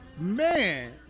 man